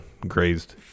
grazed